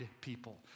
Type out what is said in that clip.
people